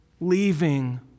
leaving